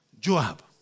Joab